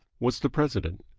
was the president.